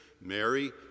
Mary